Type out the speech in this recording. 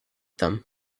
them